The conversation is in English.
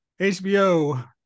HBO